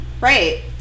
Right